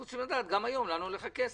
אנחנו רוצים לדעת גם היום לאן הולך הכסף.